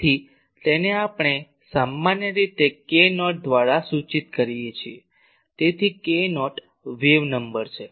તેથી તેને આપણે સામાન્ય રીતે k નોટ દ્વારા સૂચિત કરીએ છીએ તેથી k નોટ વેવ નંબર છે